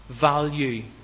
value